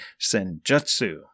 Senjutsu